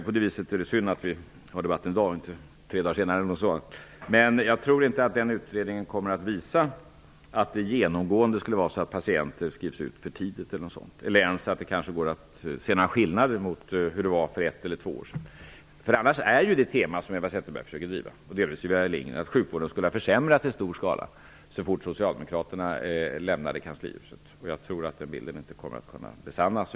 På det sättet är det synd att vi har debatten i dag och inte om tre dagar t.ex. Jag tror dock inte att utredningen i fråga kommer att visa att det genomgående skulle vara så att patienter skrivs ut för tidigt o.d. eller ens att det kanske går att se några skillnader om man jämför med hur det var för ett eller två år sedan. Det tema som Eva Zetterberg och delvis också Sylvia Lindgren försöker driva är ju annars att sjukvården i stor skala skulle ha försämrats så fort Socialdemokraterna lämnade kanslihuset. Jag tror inte att den bilden kommer att besannas.